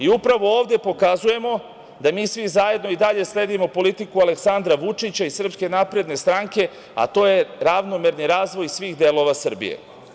Upravo ovde pokazujemo da mi svi zajedno i dalje sledimo politiku Aleksandra Vučića i SNS, a to je ravnomerni razvoj svih delova Srbije.